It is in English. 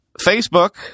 Facebook